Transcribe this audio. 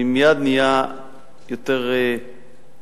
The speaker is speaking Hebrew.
אני מייד נהיה יותר מוטרד.